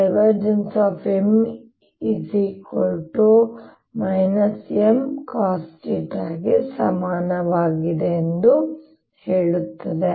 M Mcosθ ಗೆ ಸಮಾನವಾಗಿದೆ ಎಂದು ಹೇಳುತ್ತದೆ